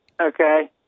Okay